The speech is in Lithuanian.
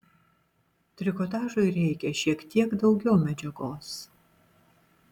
trikotažui reikia šiek teik daugiau medžiagos